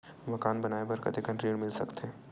मकान बनाये बर कतेकन ऋण मिल सकथे?